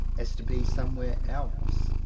as to be somewhere else.